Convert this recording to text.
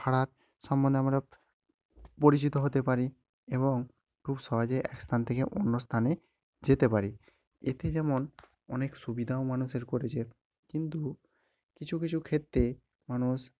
ভাড়া সম্বন্ধে আমরা পরিচিত হতে পারি এবং খুব সহজে এক স্থান থেকে অন্য স্থানে যেতে পারি এতে যেমন অনেক সুবিধাও মানুষের করেছে কিন্তু কিছু কিছু ক্ষেত্রে মানুষ